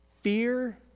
fear